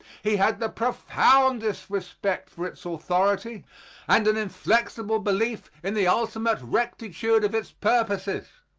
he had the profoundest respect for its authority and an inflexible belief in the ultimate rectitude of its purposes.